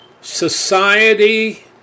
society